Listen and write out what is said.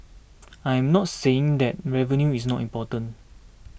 I am not saying that revenue is not important